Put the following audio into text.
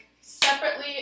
separately